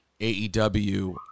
AEW